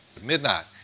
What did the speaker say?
Midnight